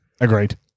agreed